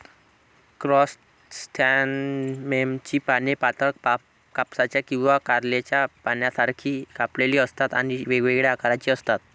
क्रायसॅन्थेममची पाने पातळ, कापसाच्या किंवा कारल्याच्या पानांसारखी कापलेली असतात आणि वेगवेगळ्या आकाराची असतात